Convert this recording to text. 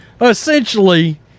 essentially